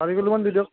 চাৰি কিলো মান দি দিয়ক